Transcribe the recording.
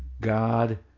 God